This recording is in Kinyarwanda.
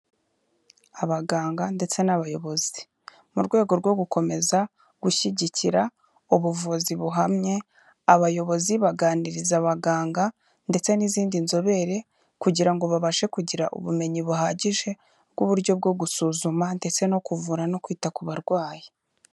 Abaganga ndetse n'abayobozi mu rwego rwo gukomeza gushyigikira ubuvuzi buhamye, abayobozi baganiriza abaganga ndetse n'izindi nzobere kugira ngo babashe kugira ubumenyi buhagije bw'uburyo bwo gusuzuma ndetse no kuvura no kwita ku barwayi.